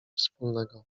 wspólnego